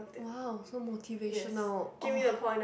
!wow! so motivational